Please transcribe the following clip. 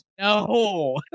No